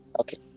Okay